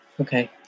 Okay